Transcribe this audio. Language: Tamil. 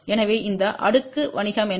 எனவே இந்த அடுக்கு வணிகம் என்ன